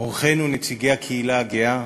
אורחינו נציגי הקהילה הגאה,